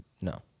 No